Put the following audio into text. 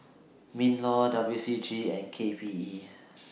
MINLAW W C G and K P E